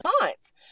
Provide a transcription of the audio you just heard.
response